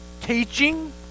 teaching